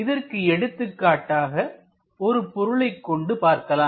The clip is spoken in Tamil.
இதற்கு எடுத்துக்காட்டாக ஒரு பொருளை கொண்டு பார்க்கலாம்